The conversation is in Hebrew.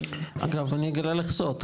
אגב אני אגלה לך סוד,